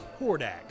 Hordak